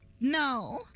No